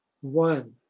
One